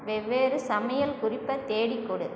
வெவ்வேறு சமையல் குறிப்பை தேடிக் கொடு